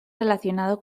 relacionado